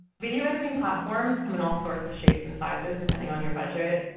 video editing platforms come in all sorts of shapes and sizes depending on your budget.